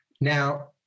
Now